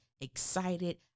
excited